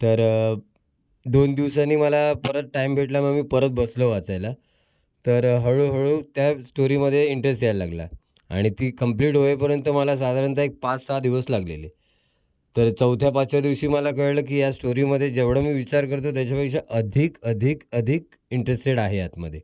तर दोन दिवसांनी मला परत टाईम भेटला मग मी परत बसलो वाचायला तर हळूहळू त्या स्टोरीमध्ये इंटरेस्ट यायला लागला आणि ती कम्प्लीट होईपर्यंत मला साधारणत एक पाच सहा दिवस लागले होते तर चौथ्या पाचव्या दिवशी मला कळलं की या स्टोरीमध्ये जेवढं मी विचार करतो त्याच्यापेक्षा अधिक अधिक अधिक इंटरेस्टेड आहे आतमध्ये